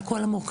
על כל המורכבות,